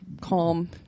Calm